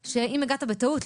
ההיפך,